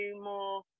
more